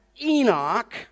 Enoch